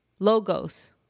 logos